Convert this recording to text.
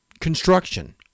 construction